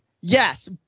Yes